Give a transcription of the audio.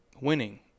winning